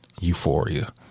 Euphoria